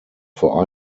vor